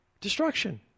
destruction